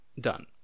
done